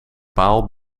paal